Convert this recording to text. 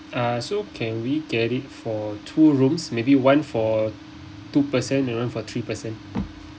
uh so can we get it for two rooms maybe one for two person the other [one] for three person